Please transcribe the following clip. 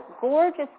gorgeous